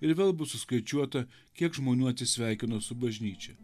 ir vėl bus suskaičiuota kiek žmonių atsisveikino su bažnyčia